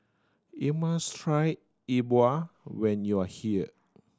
you must try E Bua when you are here